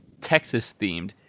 Texas-themed